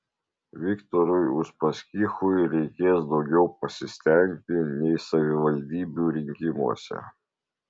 viktorui uspaskichui reikės daugiau pasistengti nei savivaldybių rinkimuose